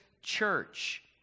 church